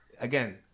again